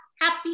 happy